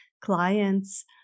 clients